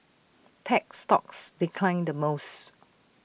tech stocks declined the most